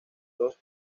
dos